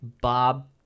Bob